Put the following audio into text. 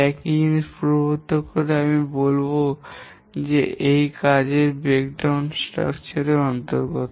একই জিনিস এর পুনরাবৃত্তি করতে আমি বলব যে এটা কাজের ব্রেকডাউন স্ট্রাকচারের অন্তরগত